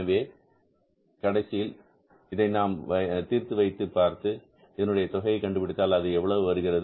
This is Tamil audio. எனவே கடைசியில் இதை நாம் தீர்த்து வைத்து பார்த்து இதனுடைய தொகையை கண்டுபிடித்தால் அது எவ்வளவு வருகிறது